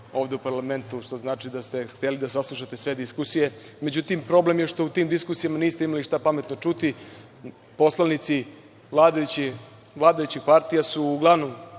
ovde u parlamentu, što znači da ste hteli da saslušate sve diskusije. Međutim problem je što u tim diskusijama niste imali šta pametno čuti, poslanici vladajućih partija su uglavnom